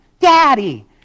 daddy